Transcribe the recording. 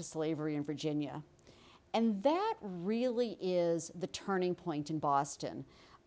to slavery in virginia and that really is the turning point in boston